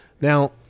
now